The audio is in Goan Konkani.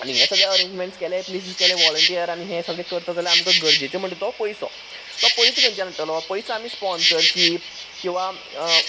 आनी हे सगळे अरेंजमेंट्स केले प्लॅसीस केले व्हॉलंटियरांनी आनी हें सगळें करतां आमकां गरजेचें म्हणटा तो पयसो तो पयसो खंयच्यान हाडटलो पयसो आमी स्पोनसरशीप किंवां